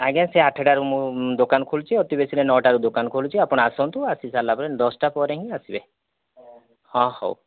ଆଜ୍ଞା ସେ ଆଠଟା ରୁ ମୁଁ ଦୋକାନ ଖୋଲୁଛି ଅତି ବେଶୀରେ ନଅଟା ରୁ ଦୋକାନ ଖୋଲୁଛି ଆପଣ ଆସନ୍ତୁ ଆସି ସାରିଲା ପରେ ଦଶଟା ପରେ ହିଁ ଆସିବେ ହଁ ହଉ